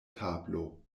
tablo